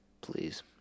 please